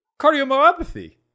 Cardiomyopathy